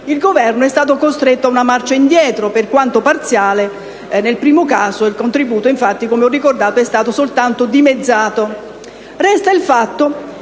il Governo è stato costretto a una marcia indietro, per quanto parziale nel primo caso: il contributo è stato infatti soltanto dimezzato. Resta il fatto